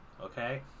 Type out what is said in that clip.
okay